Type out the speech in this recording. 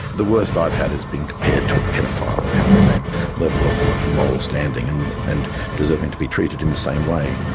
the worst i've had is being compared to a paedophile, having the same level of of moral standing and and deserving to be treated in the same way.